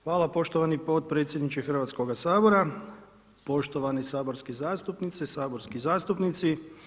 Hvala poštovani potpredsjedniče Hrvatskoga sabora, poštovani saborske zastupnice i saborski zastupnici.